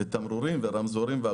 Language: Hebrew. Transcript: לתמרורים ולרמזורים.